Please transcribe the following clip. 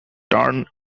turn